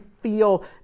feel